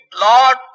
Lord